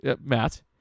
Matt